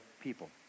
people